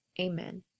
amen.